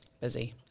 Busy